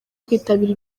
kwitabira